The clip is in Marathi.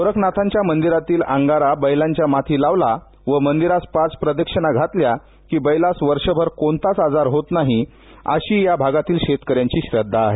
गोरखनाथांच्या मंदिरातील अंगारा बैलांच्या माथी लावला व मंदिरास पाच प्रदक्षिणा घातल्या की बैलास वर्षभर कोणताच आजार होत नाही अशी या भागातील शेतकऱ्यांची श्रद्वा आहे